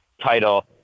title